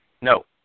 No